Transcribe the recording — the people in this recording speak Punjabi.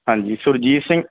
ਹਾਂਜੀ ਸੁਰਜੀਤ ਸਿੰਘ